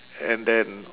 and then